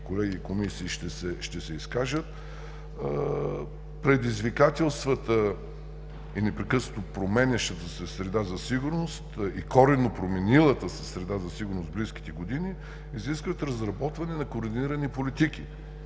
колеги и комисии, ще се изкажат. Предизвикателствата и непрекъснато променящата се среда за сигурност и коренно променилата се среда за сигурност в близките години изискват разработване на координирани политики